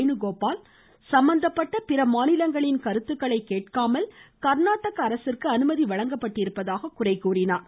வேனுகோபால் சம்மந்தப்பட்ட மாநிலங்களின் கருத்துக்களை கேட்காமல் கர்நாடக அரசிற்கு அனுமதி வழங்கப்பட்டிருப்பதாக குறை கூறினார்